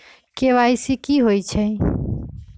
KYC कि होई छई?